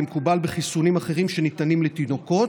כמקובל בחיסונים אחרים שניתנים לתינוקות.